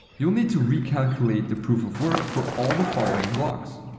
you'll need to recalculate the proof-of-work for all the following blocks.